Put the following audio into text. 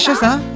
sir,